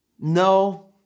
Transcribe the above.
No